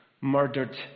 murdered